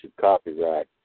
copyright